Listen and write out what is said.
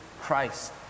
Christ